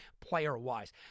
player-wise